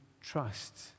trust